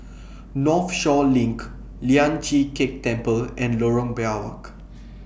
Northshore LINK Lian Chee Kek Temple and Lorong Biawak